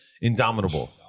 indomitable